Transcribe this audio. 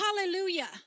Hallelujah